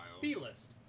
B-list